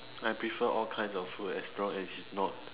I prefer all kinds of food as long as it's not